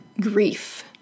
grief